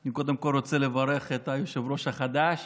אני קודם כול רוצה לברך את היושב-ראש החדש